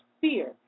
fear